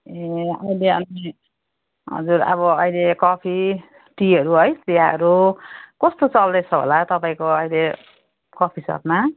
ए अहिले अन् हजुर अब अहिले कफी टीहरू है चियाहरू कस्तो चल्दैछ होला तपाईँको अहिले कफी सपमा